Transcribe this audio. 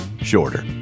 Shorter